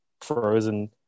frozen